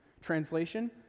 Translation